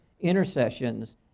intercessions